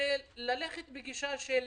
וללכת בגישה של